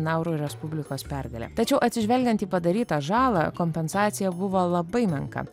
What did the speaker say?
nauru respublikos pergalė tačiau atsižvelgiant į padarytą žalą kompensacija buvo labai menka